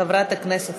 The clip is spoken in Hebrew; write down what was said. חברת הכנסת